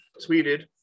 tweeted